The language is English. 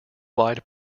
wide